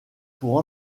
pour